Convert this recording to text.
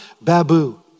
Babu